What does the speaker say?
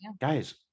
guys